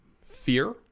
fear